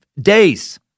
days